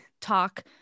talk